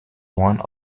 one